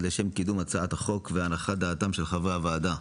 לשם קידום הצת החוק והנחת דעתם של חברי הוועדה.